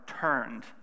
turned